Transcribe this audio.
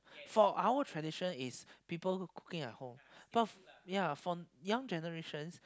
for our tradition is people cooking at home but ya for young generations